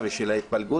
אוסאמה, אתה רוצה לדבר?